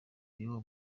y’uwo